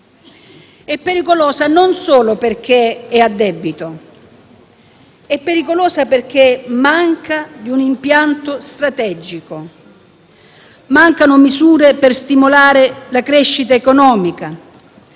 È pericolosa non solo perché è a debito, ma perché manca di un impianto strategico. Mancano misure per stimolare la crescita economica